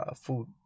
food